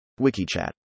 Wikichat